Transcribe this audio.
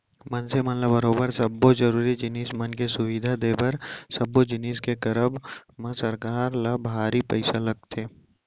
मनसे मन ल बरोबर सब्बो जरुरी जिनिस मन के सुबिधा देय बर सब्बो जिनिस के करब म सरकार ल भारी पइसा लगथे